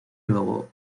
luego